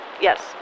Yes